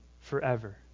forever